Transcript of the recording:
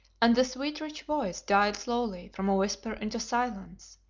and the sweet, rich voice died slowly from a whisper into silence,